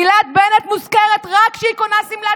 גילת בנט מוזכרת רק כשהיא קונה שמלת